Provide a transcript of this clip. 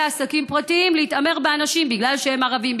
עסקים פרטיים להתעמר באנשים בגלל שהם ערבים,